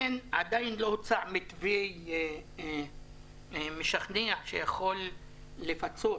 עדיין לא הוצע מתווה משכנע שיכול לפצות